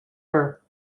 her